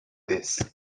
this